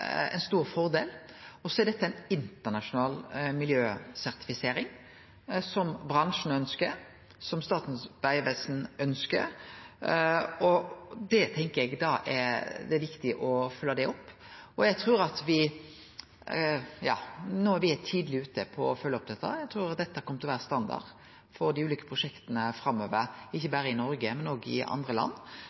ein stor fordel. Dette er ei internasjonal miljøsertifisering som bransjen ønskjer, som Statens vegvesen ønskjer, og eg tenkjer da at det er viktig å følgje det opp. No er me tidleg ute med å følgje opp dette. Eg trur dette kjem til å vere standard for dei ulike prosjekta framover, ikkje berre i Noreg, men òg i andre land,